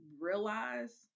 realize